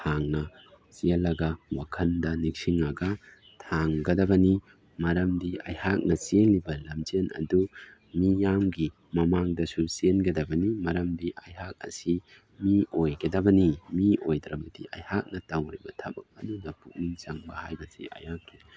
ꯍꯥꯟꯅ ꯆꯦꯜꯂꯒ ꯋꯥꯈꯟꯗ ꯅꯤꯡꯁꯤꯡꯉꯒ ꯊꯥꯡꯒꯗꯕꯅꯤ ꯃꯔꯝꯗꯤ ꯑꯩꯍꯥꯛꯅ ꯆꯦꯜꯂꯤꯕ ꯂꯝꯖꯦꯟ ꯑꯗꯨ ꯃꯤꯌꯥꯝꯒꯤ ꯃꯃꯥꯡꯗꯁꯨ ꯆꯦꯟꯒꯗꯕꯅꯤ ꯃꯔꯝꯗꯤ ꯑꯩꯍꯥꯛ ꯑꯁꯤ ꯃꯤ ꯑꯣꯏꯒꯗꯕꯅꯤ ꯃꯤ ꯑꯣꯏꯗ꯭ꯔꯕꯗꯤ ꯑꯩꯍꯥꯛꯅ ꯇꯧꯔꯤꯕ ꯊꯕꯛ ꯑꯗꯨꯗ ꯄꯨꯛꯅꯤꯡ ꯆꯪꯕ ꯍꯥꯏꯕꯁꯤ ꯑꯩꯍꯥꯛꯀꯤ